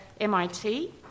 MIT